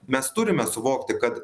mes turime suvokti kad